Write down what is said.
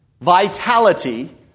Vitality